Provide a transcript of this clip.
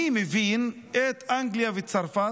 אני מבין את אנגליה וצרפת,